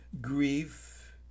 grief